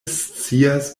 scias